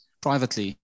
privately